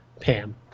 Pam